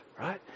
right